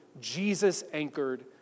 Jesus-anchored